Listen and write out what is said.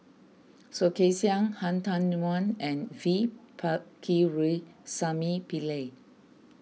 Soh Kay Siang Han Tan Wuan and V Pakirisamy Pillai